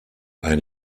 ein